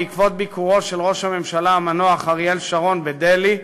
בעקבות ביקורו של ראש הממשלה המנוח אריאל שרון בדלהי,